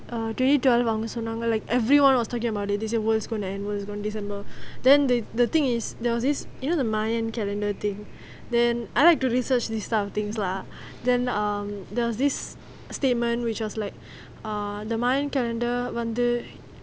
twenty twelve அவங்க சொல்லிட்டு இருந்தாங்க:avanga sollitu irunthanga like everyone was talking about it they say the world's gonna end world's gonna december then the the thing is there was this you know the mayan calendar thing then I like to research these type of things lah then um there was this statement which was like err the mayan calendar வந்து:vanthu